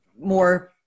more